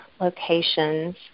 locations